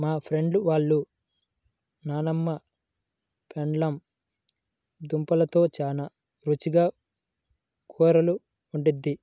మా ఫ్రెండు వాళ్ళ నాన్నమ్మ పెండలం దుంపలతో చాలా రుచిగా కూరలు వండిద్ది